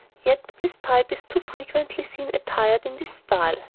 yet his type is too frequently seen attired in this style.